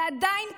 זה עדיין קיים,